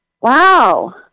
wow